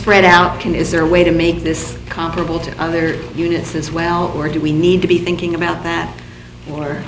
spread out can is there a way to make this comparable to other units as well or do we need to be thinking about that or